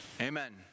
Amen